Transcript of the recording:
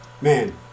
man